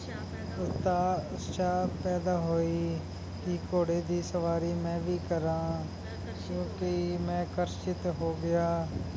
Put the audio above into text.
ਉਤਾ ਉਤਸ਼ਾਹ ਪੈਦਾ ਹੋਈ ਕਿ ਘੋੜੇ ਦੀ ਸਵਾਰੀ ਮੈਂ ਵੀ ਕਰਾਂ ਕਿਉਂਕਿ ਮੈਂ ਆਕਰਸ਼ਿਤ ਹੋ ਗਿਆ